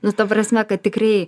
nu ta prasme kad tikrai